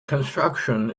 construction